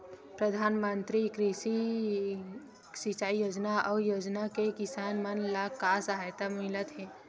प्रधान मंतरी कृषि सिंचाई योजना अउ योजना से किसान मन ला का सहायता मिलत हे?